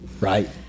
right